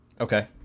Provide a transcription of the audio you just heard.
Okay